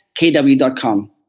kw.com